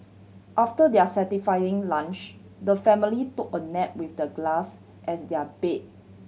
after their satisfying lunch the family took a nap with the glass as their bed